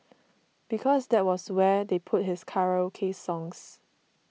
because that was where they put his karaoke songs